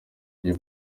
y’i